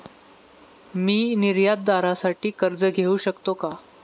मी निर्यातदारासाठी कर्ज घेऊ शकतो का?